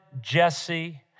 Jesse